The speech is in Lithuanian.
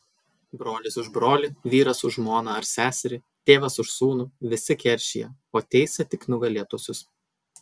brolis už brolį vyras už žmoną ar seserį tėvas už sūnų visi keršija o teisia tik nugalėtuosius